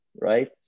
Right